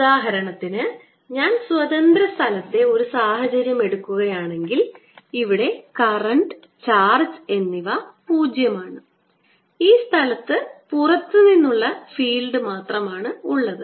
ഉദാഹരണത്തിന് ഞാൻ സ്വതന്ത്ര സ്ഥലത്തെ ഒരു സാഹചര്യം എടുക്കുകയാണെങ്കിൽ ഇവിടെ കറൻറ് ചാർജ് എന്നിവ പൂജ്യമാണ് ഈ സ്ഥലത്ത് പുറത്തുനിന്നുള്ള ഫീൽഡ് മാത്രമാണുള്ളത്